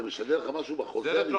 זה משנה לך משהו בחוזה?